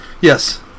Yes